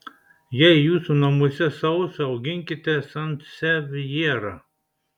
jei jūsų namuose sausa auginkite sansevjerą